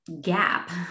gap